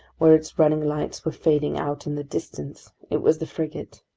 where its running lights were fading out in the distance. it was the frigate.